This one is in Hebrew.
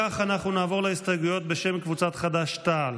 חד"ש-תע"ל